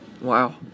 Wow